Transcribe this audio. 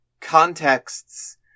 contexts